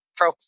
pro